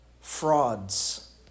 Frauds